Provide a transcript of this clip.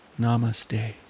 Namaste